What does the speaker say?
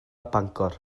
bangor